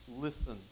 listen